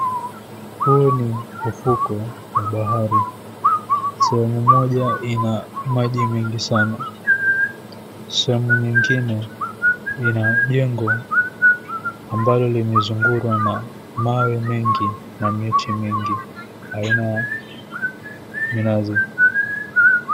Huu ni ufukwe wa bahari, sehemu moja ina maji mengi sana, sehemu ingine ina jengo ambalo limezingirwa na mawe mengi na miti mingi aina ya minazi.